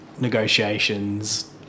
negotiations